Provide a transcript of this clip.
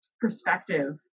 perspective